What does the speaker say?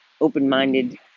open-minded